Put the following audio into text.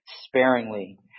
sparingly